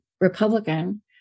Republican